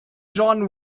john